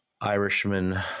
Irishman